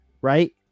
Right